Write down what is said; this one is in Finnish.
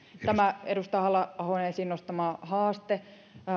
tämä edustaja halla ahon esiin nostama haaste